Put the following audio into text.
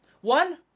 One